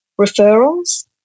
referrals